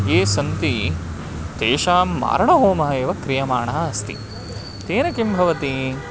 ये सन्ति तेषाम् आरणहोमः एव क्रियमाणः अस्ति तेन किं भवति